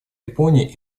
японии